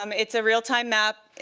um it's a real-time map.